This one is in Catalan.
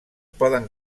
poden